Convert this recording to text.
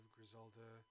Griselda